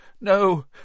no